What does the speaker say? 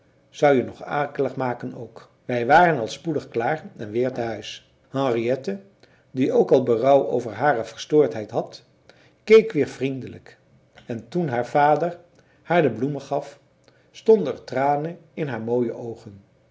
zou je nog akelig maken k wij waren al spoedig klaar en weer te huis henriette die ook al berouw over hare verstoordheid had keek weer vriendelijk en toen haar vader haar de bloemen gaf stonden er tranen in haar mooie oogen